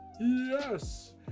Yes